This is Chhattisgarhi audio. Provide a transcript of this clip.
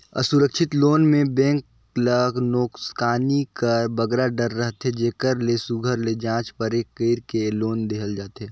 असुरक्छित लोन में बेंक ल नोसकानी कर बगरा डर रहथे जेकर ले सुग्घर ले जाँच परेख कइर के ए लोन देहल जाथे